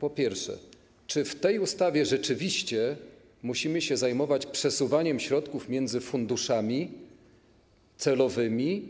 Po pierwsze, czy w tej ustawie rzeczywiście musimy się zajmować przesuwaniem środków między funduszami celowymi